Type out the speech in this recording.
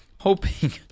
hoping